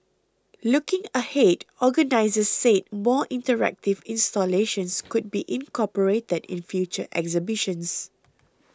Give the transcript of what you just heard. looking ahead organisers said more interactive installations could be incorporated in future exhibitions